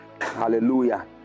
hallelujah